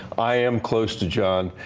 i am close to john.